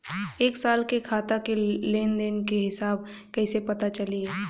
एक साल के खाता के लेन देन के हिसाब कइसे पता चली?